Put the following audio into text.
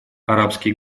арабские